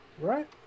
Right